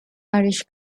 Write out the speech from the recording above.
irish